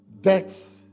Death